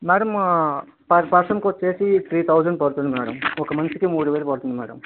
madam per పర్సన్కు వచ్చేసి three thousand పడుతుంది మేడం ఒక మనిషికి మూడు వేలు పడుతుంది మేడం